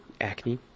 acne